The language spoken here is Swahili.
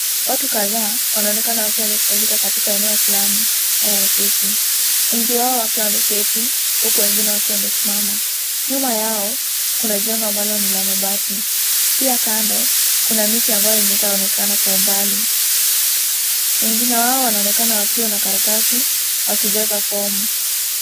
Watu kadhaa wanaonekana wakiwa wamekusanyika katika eneo fulani au ofisi. Wengi wao wakiwa wameketi huku wengine wakiwa wamesimama. Nyuma yao kuna jengo ambalo ni la mabati. Pia kando kuna miti ambayo inawezaonekana kwa umbali. Wengine wao wanaonekana wakiwa na karatasi wakijaza fomu.